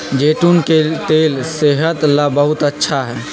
जैतून के तेल सेहत ला बहुत अच्छा हई